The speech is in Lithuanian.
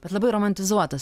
bet labai romantizuotas